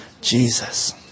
Jesus